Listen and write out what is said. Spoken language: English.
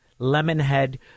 Lemonhead